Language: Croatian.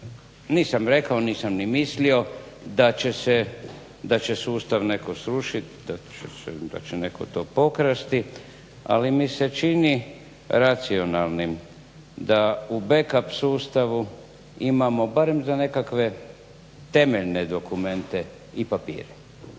nisam rekao, nisam ni mislio da će sustav netko srušiti, da će netko to pokrasti ali mi se čini racionalnim da u back up sustavu imamo barem za nekakve temeljne dokumente i papire.